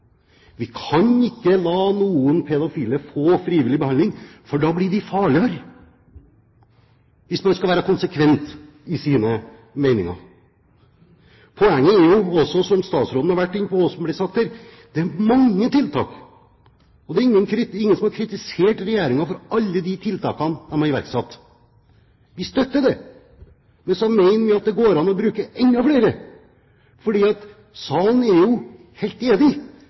vi kan ikke la noen pedofile få frivillig behandling, for da blir de farligere – hvis man skal være konsekvent i sine meninger. Poenget er, som statsråden har vært inne på og som det blir sagt her, at det finnes mange tiltak. Det er ingen som har kritisert Regjeringen for alle de tiltakene de har iverksatt. Vi støtter dem. Så mener vi at det går an å bruke enda flere tiltak. I salen er man helt enig